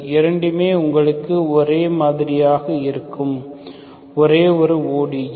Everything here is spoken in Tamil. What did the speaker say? இரண்டுமே உங்களுக்கு ஒரே மாதிரியாக இருக்கும் ஒரே ஒரு ODE